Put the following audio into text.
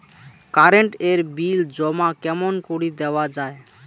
Current এর bill জমা কেমন করি দেওয়া যায়?